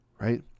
Right